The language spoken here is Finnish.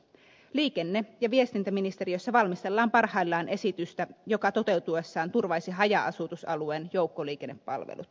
liikenne ja viestintäministeriössä valmistellaan parhaillaan esitystä joka toteutuessaan turvaisi haja asutusalueiden joukkoliikennepalvelut